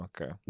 Okay